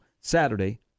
Saturday